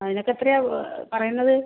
അതിനൊക്കെ എത്രയാണ് പറയുന്നത്